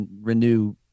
renew